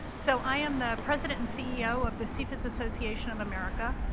so i am the president and ceo of the cfids association of america.